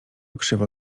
krzywo